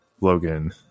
Logan